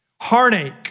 Heartache